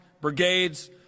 brigades